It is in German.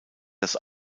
das